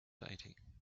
dating